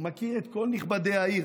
הוא מכיר את כל נכבדי העיר,